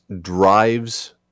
drives